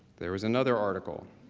there was another article.